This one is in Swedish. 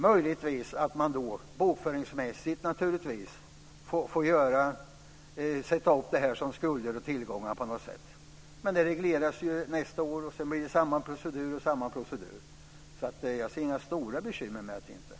Möjligtvis får man då bokföringsmässigt sätta upp det här som skulder och tillgångar på något sätt, men det regleras ju nästa år och sedan blir det samma procedur igen. Så jag ser inga stora bekymmer med det här.